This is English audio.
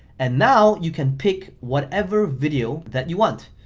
and now you can pick whatever video that you want.